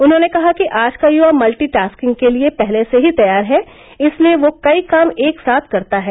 उन्होंने कहा कि आज का युवा मल्टी टॉस्किंग के लिए पहले से ही तैयार है इसलिए वह कई काम एक साथ करता है